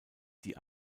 die